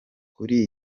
kuri